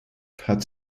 hat